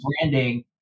branding